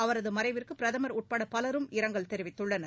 அவரதமறைவிற்குபிரதமர் உட்படபலரும் இரங்கல் தெரிவித்துள்ளனர்